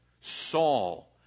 Saul